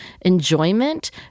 enjoyment